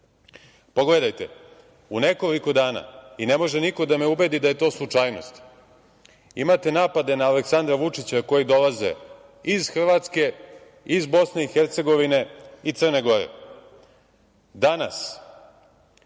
Pogledajte, u nekoliko dana, ne može niko dame ubedi da je to slučajnost, imate napade na Aleksandra Vučića koji dolaze iz Hrvatske, iz Bosne i Hercegovine i Crne Gore. Danas